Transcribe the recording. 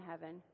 heaven